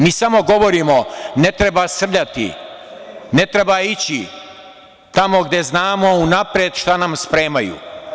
Mi samo govorimo da ne treba srljati, ne treba ići tamo gde znamo unapred šta nam spremaju.